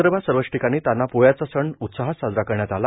विदर्भात सर्वच ठिकाणी तान्हा पोळ्याचा सण उत्सहात साजरा करण्यात आला